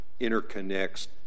interconnects